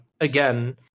again